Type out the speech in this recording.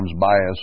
bias